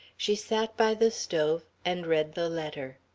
she sat by the stove and read the letter.